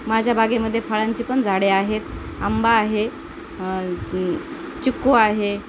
माझ्या बागेमध्ये फळांची पण झाडे आहेत आंबा आहे चिक्कू आहे